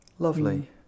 Lovely